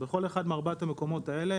בכל אחד מארבעת המקומות האלה